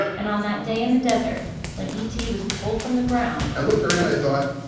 and on that day in the desert, when e t. was pulled from the ground i looked around. i thought,